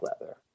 leather